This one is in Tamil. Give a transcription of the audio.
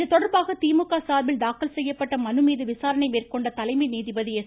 இதுதொடர்பாக திமுக சார்பில தாக்கல் செய்யப்பட்ட மனு மீது விசாரணை மேற்கொண்ட தலைமை நீதிபதி எஸ்